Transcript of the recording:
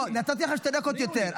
לא, נתתי לך שתי דקות יותר.